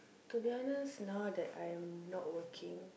to be honest now that I'm not working